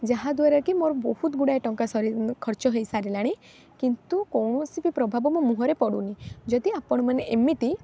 ଯାହା ଦ୍ୱାରା କି ମୋର ବହୁତ ଗୁଡ଼ାଏ ଟଙ୍କା ସରି ଖର୍ଚ୍ଚ ହୋଇସାରିଲାଣି କିନ୍ତୁ କୌଣସି ବି ପ୍ରଭାବ ମୋ ମୁହଁରେ ପଡ଼ୁନି ଯଦି ଆପଣମାନେ ଏମିତି